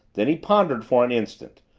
then he pondered for an instant,